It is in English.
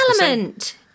element